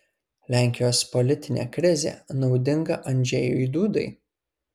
lenkijos politinė krizė naudinga andžejui dudai